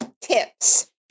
tips